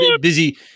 Busy